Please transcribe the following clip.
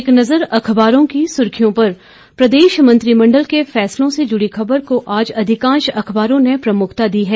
एक नज़र अखबारों की सुर्खियों पर प्रदेश मंत्रिमंडल के फैसलों से जुड़ी खबर को आज अधिकांश अखबारों ने प्रमुखता दी है